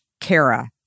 Kara